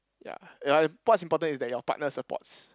ya ya and what's important is that your partner supports